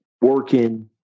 Working